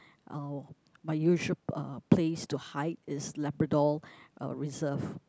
uh my usual uh place to hide is Labrador uh Reserve